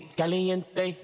caliente